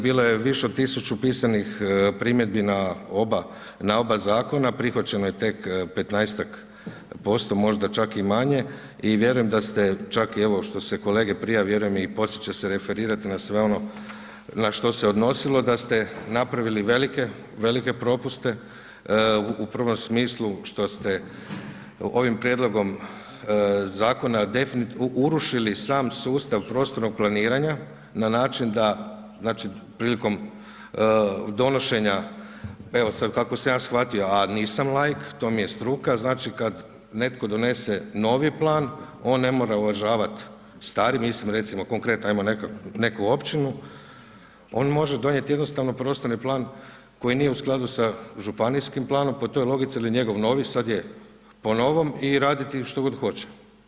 Bilo je više tisuću pisanih primjedbi na oba zakona, prihvaćeno je tek 15-tak posto, možda čak i manje i vjerujem da ste, čak i evo, što se kolege … vjerujem i poslije će se referirati na sve ono na što se odnosilo, da ste napravili velike propuste, u prvom smislu, što ste ovim prijedlogom zakona, urušili sam sustav prostornog planiranja, na način da znači, prilikom donošenja evo, sada kako sam ja shvatio, a nisam laik, to mi je struka, znači kada netko donese novi plan, on ne mora uvažavati stari, mislim recimo konkretno, ajmo neku općinu, on može donijeti jednostavno prostorni plan koji nije u skladu sa županijskim planom, po toj logici ili njegov novi, sada je, po novom i raditi što god hoće.